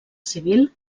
civil